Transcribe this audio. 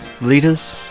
leaders